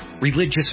religious